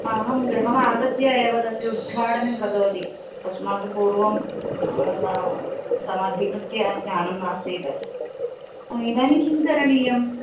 अहं गृहमागत्य एव तस्य उद्घाटनं कृतवती तस्मात् पूर्वं तमधिकृत्य ज्ञानं नासीत् इदानीं किं करणीयम्